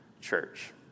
church